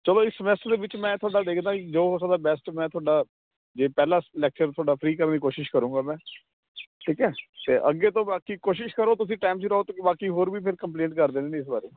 ਚਲੋ ਇਸ ਸੈਮਸਟਰ ਦੇ ਵਿੱਚ ਮੈਂ ਤੁਹਾਡਾ ਦੇਖਦਾ ਜੋ ਹੋ ਸਕਦਾ ਬੈਸਟ ਮੈਂ ਤੁਹਾਡਾ ਜੇ ਪਹਿਲਾ ਲੈਕਚਰ ਤੁਹਾਡਾ ਫਰੀ ਕਰਨ ਦੀ ਕੋਸ਼ਿਸ਼ ਕਰੂੰਗਾ ਮੈਂ ਠੀਕ ਹੈ ਅਤੇ ਅੱਗੇ ਤੋਂ ਬਾਕੀ ਕੋਸ਼ਿਸ਼ ਕਰੋ ਤੁਸੀਂ ਟਾਈਮ ਸਿਰ ਆਓ ਕਿਉਂਕਿ ਬਾਕੀ ਹੋਰ ਵੀ ਫਿਰ ਕੰਪਲੇਂਟ ਕਰ ਦਿੰਦੇ ਇਸ ਬਾਰੇ